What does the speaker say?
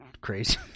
crazy